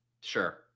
Sure